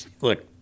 look